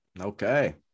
Okay